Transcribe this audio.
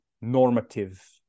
normative